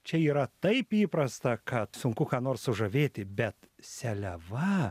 čia yra taip įprasta kad sunku ką nors sužavėti bet seliava